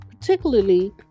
particularly